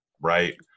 right